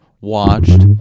watched